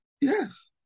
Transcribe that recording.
yes